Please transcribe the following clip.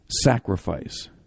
sacrifice